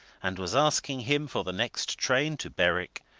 and was asking him for the next train to berwick,